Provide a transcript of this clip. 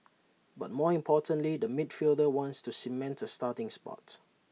but more importantly the midfielder wants to cement A starting spot